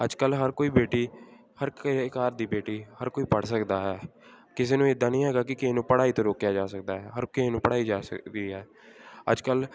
ਅੱਜ ਕੱਲ ਹਰ ਕੋਈ ਬੇਟੀ ਹਰ ਘਰ ਘਰ ਦੀ ਬੇਟੀ ਹਰ ਕੋਈ ਪੜ੍ਹ ਸਕਦਾ ਹੈ ਕਿਸੇ ਨੂੰ ਇੱਦਾਂ ਨਹੀਂ ਹੈਗਾ ਕਿ ਕਿਸੇ ਨੂੰ ਪੜ੍ਹਾਈ ਤੋਂ ਰੋਕਿਆ ਜਾ ਸਕਦਾ ਹੈ ਹਰ ਕਿਸੇ ਨੂੰ ਪੜ੍ਹਾਈ ਜਾ ਸਕਦੀ ਹੈ ਅੱਜ ਕੱਲ